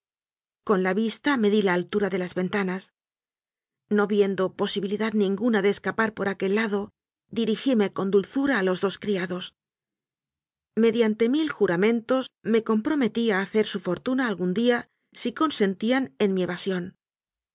con la vista medí la altura de las ventanas no viendo posibilidad ninguna de escapar por aquel lado dirigíme con dulzura a los dos criados mediante mil juramen tos me comprometí a hacer su fortuna algún día si consentían en mi evasión